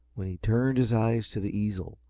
when he turned his eyes to the easel,